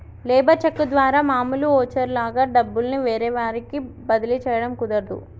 labour cheque ద్వారా మామూలు voucher లాగా డబ్బుల్ని వేరే వారికి బదిలీ చేయడం కుదరదు